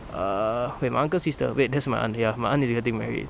err wait my uncle's sister wait that's my aunt ya my aunt is getting married